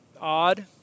odd